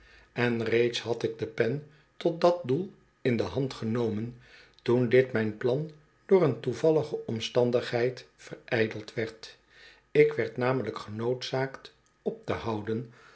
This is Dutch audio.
en reeds had ik de pen tot dat doel in de hand genomen toen dit mijn plan door een toevallige omstandigheid verijdeld werd ik werd namelijk genoodzaakt op te houden